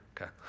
okay